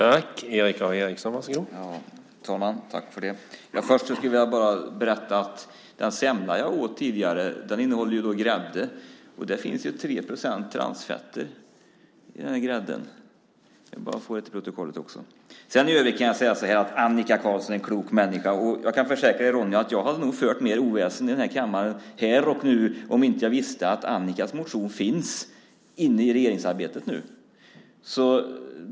Herr talman! Den semla jag åt tidigare innehåller grädde. Det finns 3 procent transfetter i grädden. Nu har jag fått också det fört till protokollet! Annika Qarlsson är en klok människa. Jag kan försäkra er om att jag nog hade fört mer oväsen i kammaren här och nu om jag inte visste att Annikas motion finns med i regeringsarbetet.